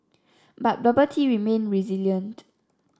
but bubble tea remained resilient